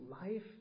life